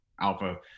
alpha